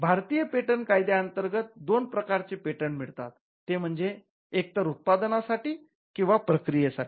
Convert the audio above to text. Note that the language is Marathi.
भारतीय पेटंट कायद्या अंतर्गत दोन प्रकारचे पेटंट मिळतात ते म्हणजे एक तर उत्पादन साठी किंवा प्रक्रिये साठी